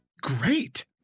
great